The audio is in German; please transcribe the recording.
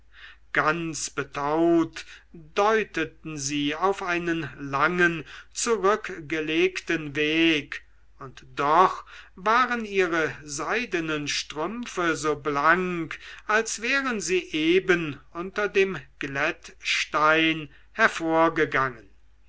ganz bestaubt deuteten sie auf einen langen zurückgelegten weg und doch waren ihre seidenen strümpfe so blank als wären sie eben unter dem glättstein hervorgegangen